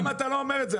למה אתה לא אומר את זה?